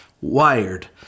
wired